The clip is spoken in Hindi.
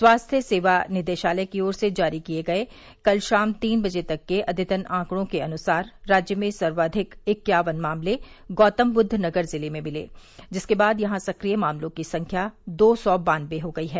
स्वास्थ्य सेवा निदेश ालय की ओर से जारी किए गए कल श ाम तीन बजे तक के अद्यतन आंकड़ों के अनुसार राज्य में सर्वाधिक इक्यावन मामले गौतमबुद्दनगर जिले में मिले जिसके बाद यहां सक्रिय मामलों की संख्या दो सौ बानबे हो गयी है